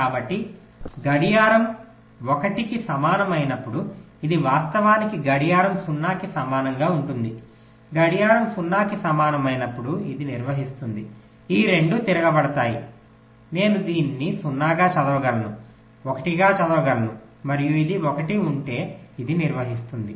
కాబట్టి గడియారం 1 కి సమానమైనప్పుడు ఇది వాస్తవానికి గడియారం 0 కి సమానంగా ఉంటుంది గడియారం 0 కి సమానమైనప్పుడు ఇది నిర్వహిస్తుంది ఈ రెండూ తిరగబడతాయి నేను దానిని 0 గా చదవగలను 1 గా చదవగలను మరియు ఇది 1 ఉంటే ఇది నిర్వహిస్తుంది